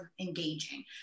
engaging